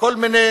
כל מיני